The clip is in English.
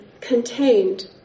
contained